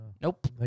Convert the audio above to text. Nope